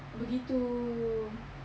begitu